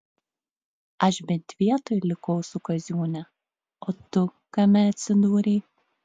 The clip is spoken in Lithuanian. aš bent vietoj likau su kaziūne o tu kame atsidūrei